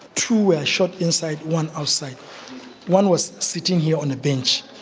two were shot inside, one outside. one was sitting here on a bench,